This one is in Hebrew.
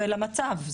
ולמצב,